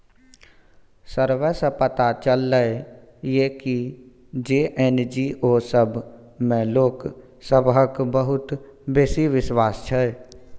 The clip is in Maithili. सर्वे सँ पता चलले ये की जे एन.जी.ओ सब मे लोक सबहक बहुत बेसी बिश्वास छै